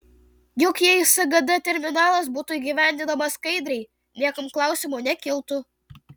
juk jei sgd terminalas būtų įgyvendinamas skaidriai niekam klausimų nekiltų